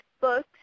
books